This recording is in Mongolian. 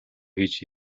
хийж